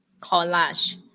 collage